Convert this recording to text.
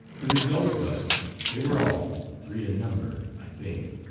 the result was they were all, three in number, i think,